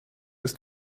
des